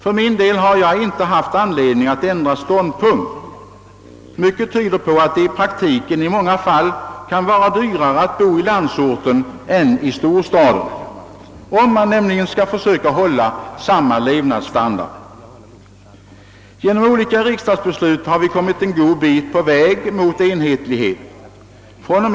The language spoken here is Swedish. För min del har jag inte haft anledning ändra ståndpunkt. Mycket tyder på att det i praktiken i många fall kan vara dyrare att bo i landsorten än i storstaden — om man nämligen skall försöka hålla samma levnadsstandard. Genom olika riksdagsbeslut har vi kommit en god bit på väg mot enhetlighet. Fr. o, m.